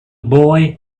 boy